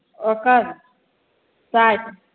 ओकर साठि